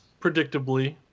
predictably